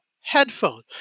headphone